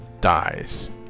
dies